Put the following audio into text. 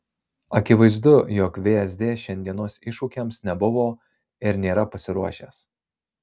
akivaizdu jog vsd šiandienos iššūkiams nebuvo ir nėra pasiruošęs